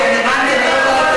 למה זה מחובר?